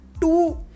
two